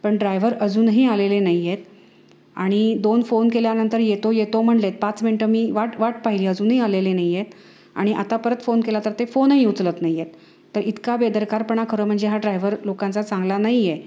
पण ड्रायव्हर अजूनही आलेले नाही आहेत आणि दोन फोन केल्यानंतर येतो येतो म्हणले आहेत पाच मिनटं मी वाट वाट पाहिली अजूनही आलेले नाही आहेत आणि आता परत फोन केला तर ते फोनही उचलत नाही आहेत तर इतका बेदरकारपणा खरं म्हणजे हा ड्रायव्हर लोकांचा चांगला नाही आहे